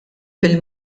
bil